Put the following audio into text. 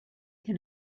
can